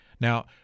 Now